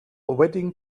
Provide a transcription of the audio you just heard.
wedding